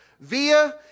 via